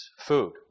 food